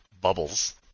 bubbles